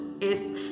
es